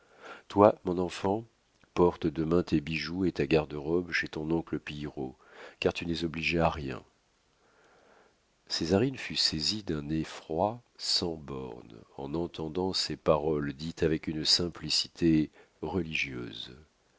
toi mon enfant porte demain tes bijoux et ta garde-robe chez ton oncle pillerault car tu n'es obligée à rien césarine fut saisie d'un effroi sans bornes en entendant ces paroles dites avec une simplicité religieuse